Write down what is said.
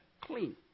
clean